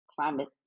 climate